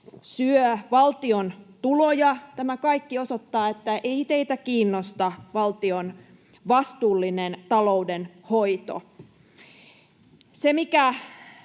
syö valtion tuloja. Tämä kaikki osoittaa, että ei teitä kiinnosta valtion vastuullinen taloudenhoito. Se, mikä